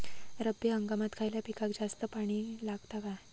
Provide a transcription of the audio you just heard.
रब्बी हंगामात खयल्या पिकाक जास्त पाणी लागता काय?